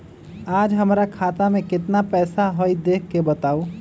आज हमरा खाता में केतना पैसा हई देख के बताउ?